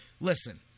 listen